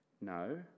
no